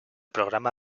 programa